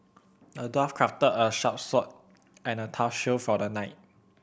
the dwarf crafted a sharp sword and a tough shield for the knight